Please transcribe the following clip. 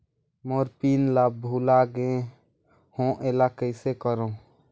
मोर PIN ला भुला गे हो एला कइसे करो?